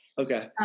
okay